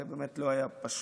וזה באמת לא היה פשוט.